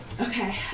Okay